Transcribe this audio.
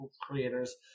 creator's